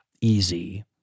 easy